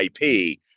IP